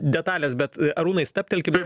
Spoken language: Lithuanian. detalės bet arūnai stabtelkim